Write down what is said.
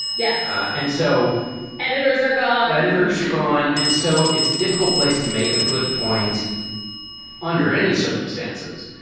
yeah. and so editors are gone editors are gone. and so it's a difficult place to make a good point under any circumstances.